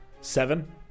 Seven